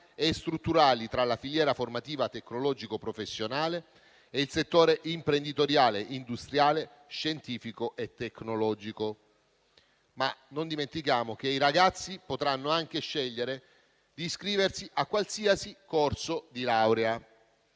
e strutturali tra la filiera formativa tecnologico-professionale e il settore imprenditoriale, industriale, scientifico e tecnologico. Ma non dimentichiamo che i ragazzi potranno anche scegliere di iscriversi a qualsiasi corso di laurea.